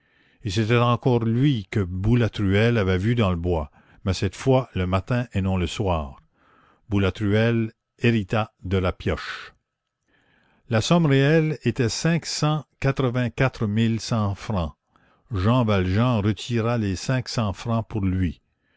et c'était encore lui que boulatruelle avait vu dans le bois mais cette fois le matin et non le soir boulatruelle hérita de la pioche la somme réelle était cinq cent quatre-vingt-quatre mille cinq cents francs jean valjean retira les cinq cents francs pour lui